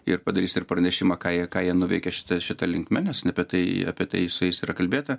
ir padarys ir pranešimą ką jie ką jie nuveikė šita šita linkme nes apie tai apie tai su jais yra kalbėta